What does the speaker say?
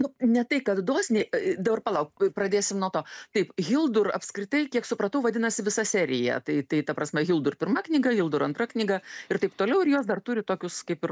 nu ne tai kad dosniai dabar palauk pradėsim nuo to taip hildur apskritai kiek supratau vadinasi visa serija tai tai ta prasme hildur pirma knyga hildur antra knyga ir taip toliau ir jos dar turi tokius kaip ir